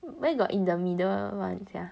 where got in the middle [one] sia